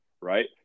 right